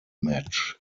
match